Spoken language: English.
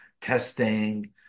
testing